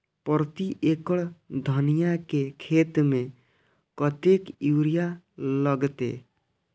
प्रति एकड़ धनिया के खेत में कतेक यूरिया लगते?